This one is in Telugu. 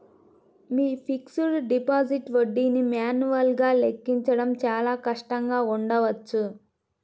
మీ ఫిక్స్డ్ డిపాజిట్ వడ్డీని మాన్యువల్గా లెక్కించడం చాలా కష్టంగా ఉండవచ్చు